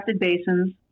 basins